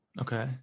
Okay